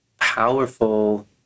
powerful